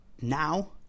now